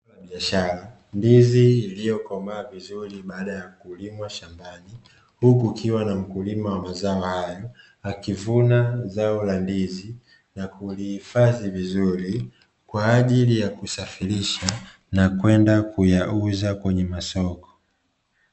Zao la biashara, ndizi ilizokomaa vizuri baada ya kulimwa shambani huku kukiwa mkulima wa mazao haya, akivuna zao la nzizi na kulihifadhi vizuri kwa ajili ya kusafirisha na kwenda kuyauza kwenye masoko.